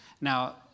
Now